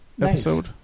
Episode